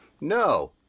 No